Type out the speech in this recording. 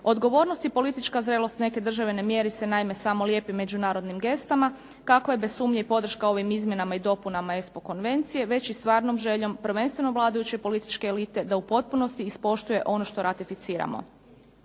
Odgovornost i politička zrelost neke države ne mjeri se naime samo lijepim međunarodnim gestama kako je bez sumnje podrška ovim izmjenama i dopunama ESPO konvencije već i stvarnom željom prvenstveno vladajuće političke elite da u potpunosti ispoštuje ono što ratificiramo.